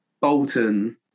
Bolton